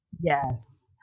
Yes